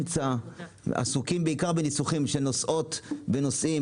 עסוקים בעיקר בניסוחים של נוסעות ונוסעים,